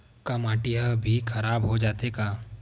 का माटी ह भी खराब हो जाथे का?